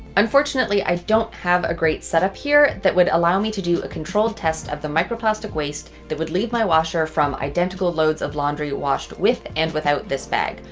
unfortunately, i don't have a great setup here that would allow me to do a controlled test of the microplastic waste that would leave my washer from identical loads of laundry washed with and without this bag.